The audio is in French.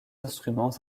instruments